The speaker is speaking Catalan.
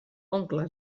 oncle